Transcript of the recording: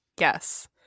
Yes